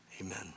Amen